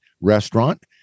restaurant